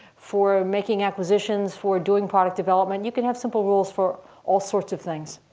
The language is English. for making acquisitions, for doing product development. you can have simple rules for all sorts of things.